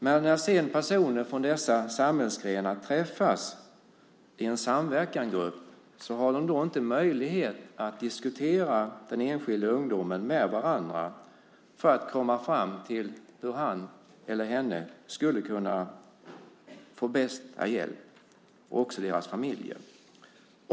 Men när personer från dessa samhällsgrenar sedan träffas i en samverkansgrupp har de inte möjlighet att diskutera den enskilda ungdomen med varandra för att komma fram till hur han eller hon, och också deras familjer, skulle kunna få bästa hjälp.